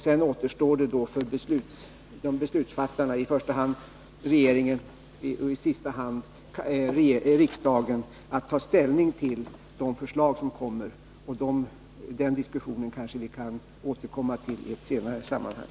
Sedan återstår det för beslutsfattarna — i första hand regeringen och i sista hand riksdagen — att ta ställning till de förslag som läggs fram. Diskussionen härom kanske vi kan återkomma till i ett senare sammanhang.